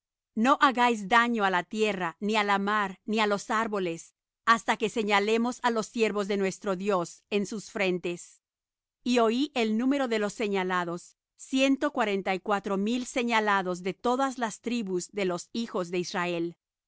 no hagáis daño á la tierra ni al mar ni á los árboles hasta que señalemos á los siervos de nuestro dios en sus frentes y oí el número de los señalados ciento cuarenta y cuatro mil señalados de todas las tribus de los hijos de israel